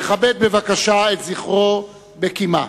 נכבד בבקשה את זכרו בקימה.